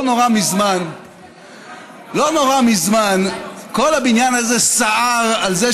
לא נורא מזמן כל הבניין הזה סער על זה